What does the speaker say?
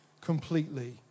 completely